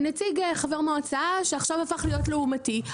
נציג חבר מועצה שעכשיו הפך להיות לאומתי,